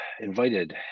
invited